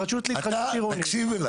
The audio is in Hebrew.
הרשות להתחדשות עירונית --- אתה תקשיב.